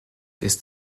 ist